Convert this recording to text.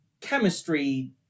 chemistry